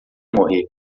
morrer